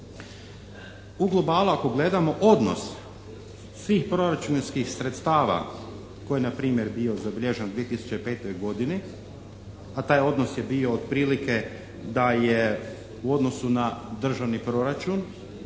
U globalu ako gledamo odnos svih proračunskih sredstava koji je npr. bio zabilježen 2005. godini, a taj odnos je bio otprilike da je u odnosu na državni proračun